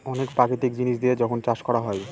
অনেক প্রাকৃতিক জিনিস দিয়ে যখন চাষ করা হয়